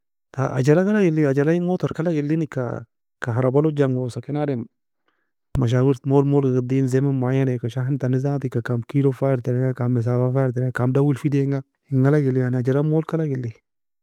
Ta عجله galg eli عجلة motor ka alag elin eka كهرباء log jangosa, ken adem مشاوير mole mole قضي yen زمن معين eka شحن tani ذات eka كم كيلو faya ter كم مسافة faya ter كم dawei la fa edainga enga alag eli عجلة mole ka alag eli.